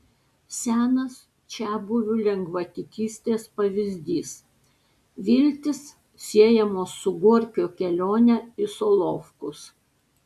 senas čiabuvių lengvatikystės pavyzdys viltys siejamos su gorkio kelione į solovkus